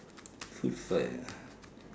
food fight ah